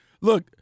look